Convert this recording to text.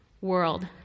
world